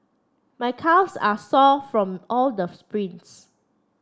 my calves are sore from all the sprints